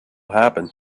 happen